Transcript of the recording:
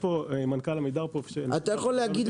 מנכ"ל עמידר פה -- אתה יכול להגיד לי,